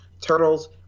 turtles